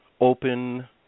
open